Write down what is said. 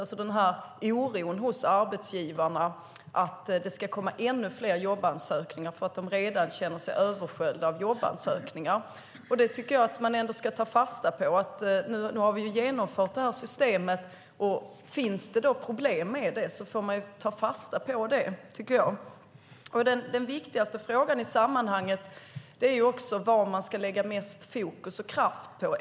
Det finns en oro hos arbetsgivarna att det ska komma ännu fler jobbansökningar. De känner sig redan översköljda av jobbansökningar. Det tycker jag ändå att man ska ta fasta på. Nu har vi genomfört detta system. Finns det då problem med det får man ta fasta på det. Den viktigaste frågan i sammanhanget är vad man ska lägga mest fokus och kraft på.